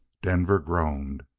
denver groaned.